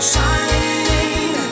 Shining